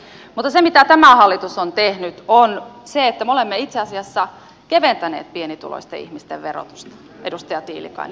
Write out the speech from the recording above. mutta se mitä tämä hallitus on tehnyt on se että me olemme itse asiassa keventäneet pienituloisten ihmisten verotusta edustaja tiilikainen